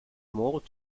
world